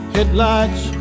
Headlights